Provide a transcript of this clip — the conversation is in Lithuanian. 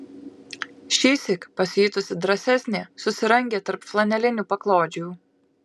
šįsyk pasijutusi drąsesnė susirangė tarp flanelinių paklodžių